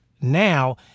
now